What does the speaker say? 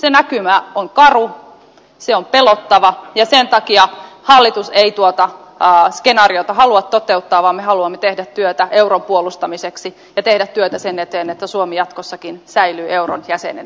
se näkymä on karu se on pelottava ja sen takia hallitus ei tuota skenaariota halua toteuttaa vaan me haluamme tehdä työtä euron puolustamiseksi ja tehdä työtä sen eteen että suomi jatkossakin säilyy euron jäsenenä